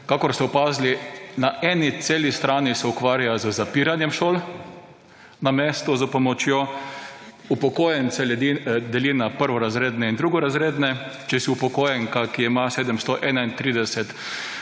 Kakor ste opazili na eni celi strani se ukvarjajo z zapiranjem šol na mestu s pomočjo upokojenca deli na prvorazredne in drugorazredne. Če si upokojenka, ki ima 731